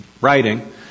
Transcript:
writing